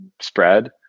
spread